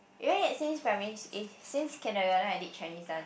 eh wait since primary is since kindergarten I did Chinese dance